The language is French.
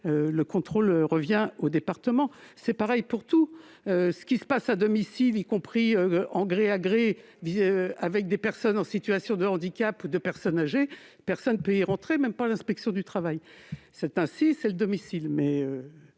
le contrôle en revient au département. Ce qui se passe au domicile, y compris de gré à gré, avec des personnes en situation de handicap ou des personnes âgées, personne ne peut le vérifier, pas même l'inspection du travail. C'est ainsi, c'est le domicile